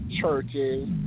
churches